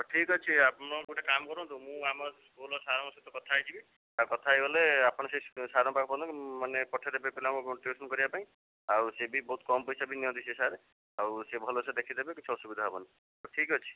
ହଁ ଠିକ୍ ଅଛି ଆପଣ ଗୋଟେ କାମ କରନ୍ତୁ ମୁଁ ଆମର ସ୍କୁଲ୍ ର ସାର୍ଙ୍କ ସହିତ କଥା ହେଇଯିବି ଆଉ କଥା ହେଇଗଲେ ଆପଣ ସେଇ ସାର୍ଙ୍କ ପାଖକୁ ମାନେ ପଠେଇଦେବେ ପିଲାକୁ ଟ୍ୟୁସନ୍ କରିବା ପାଇଁ ଆଉ ସିଏ ବି ବହୁତ କମ୍ ପଇସା ବି ନିଅନ୍ତି ସିଏ ସାର୍ ଆଉ ସିଏ ଭଲ୍ସେ ଦେଖିଦେବେ କିଛି ଅସୁବିଧା ହେବନି ହଉ ଠିକ୍ ଅଛି